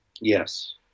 Yes